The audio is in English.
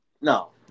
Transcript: No